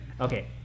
Okay